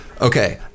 Okay